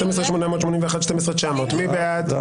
12,821 עד 12,840, מי בעד?